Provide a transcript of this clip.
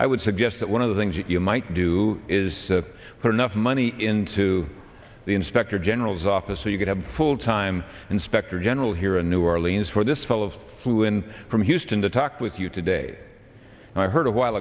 i would suggest that one of the things that you might do is to put enough money into the inspector general's office so you could have a full time inspector general here in new orleans for this fall of flew in from houston to talk with you today and i heard a while